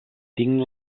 tinc